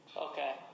okay